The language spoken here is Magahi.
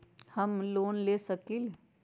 हम लोन ले सकील?